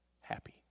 happy